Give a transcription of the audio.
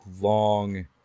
long